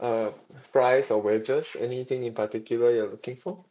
uh fries or wedges anything in particular you are looking for